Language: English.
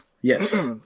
Yes